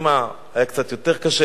אצל אמא זה היה קצת יותר קשה.